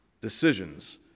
decisions